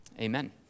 Amen